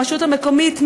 ברשות המקומית,